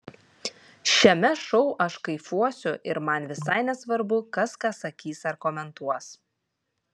šiame šou aš kaifuosiu ir man visai nesvarbu kas ką sakys ar komentuos